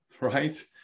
right